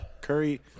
Curry